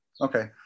okay